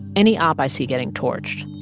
any opp i see getting torched.